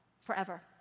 forever